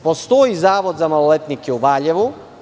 Postoji Zavod za maloletnike u Valjevu.